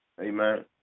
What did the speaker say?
Amen